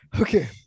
Okay